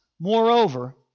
Moreover